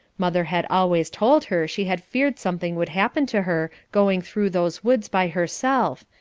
mother had always told her she had feared something would happen to her going through those woods by herself,